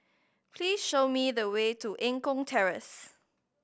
please show me the way to Eng Kong Terrace